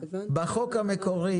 בחוק המקורי